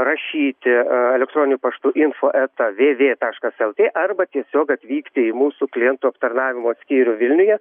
rašyti elektroniniu paštu info eta vė vė taškas lt arba tiesiog atvykti į mūsų klientų aptarnavimo skyrių vilniuje